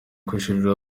kujurira